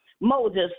Moses